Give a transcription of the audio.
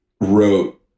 wrote